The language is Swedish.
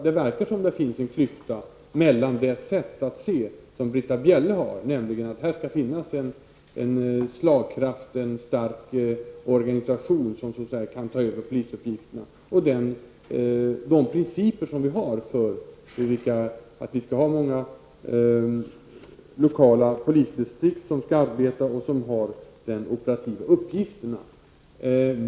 Det verkar som om det finns en klyfta mellan det sätt att se som Britta Bjelle har, nämligen att här skall det finnas en stark organisation som kan ta över polisuppgifterna, och principen att vi skall ha många lokala polisdistrikt som handhar de operativa uppgifterna.